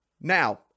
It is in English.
Now